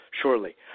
shortly